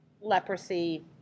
leprosy